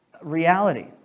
reality